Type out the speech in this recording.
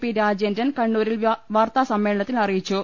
P Rajendran കണ്ണൂരിൽ വാർത്താസമ്മേ ളനത്തിൽ അറിയിച്ചു